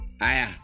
Aya